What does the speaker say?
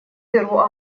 дыру